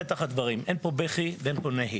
אין פה בכי ואין פה נהי.